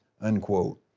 unquote